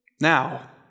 Now